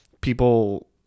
people